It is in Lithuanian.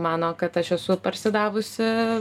mano kad aš esu parsidavusi